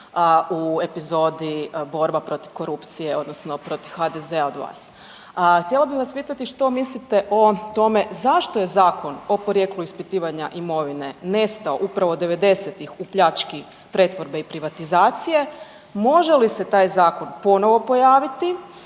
u epizodi borba protiv korupcije odnosno protiv HDZ-a od vas. Htjela bih vas pitati što mislite o tome zašto je Zakon o porijeklu ispitivanja imovine nestao upravo '90.-tih u pljački pretvorbe i privatizacije, može li se taj zakon ponovo pojaviti